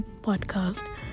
podcast